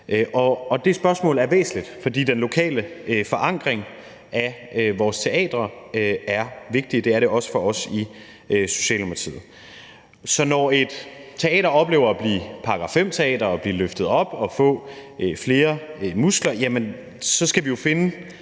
Og det spørgsmål er væsentligt, fordi den lokale forankring af vores teatre er vigtig, og det er det også for os i Socialdemokratiet. Når et teater oplever at blive et § 5-teater og blive løftet op og få flere muskler, skal vi jo finde